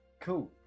Cool